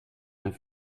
zijn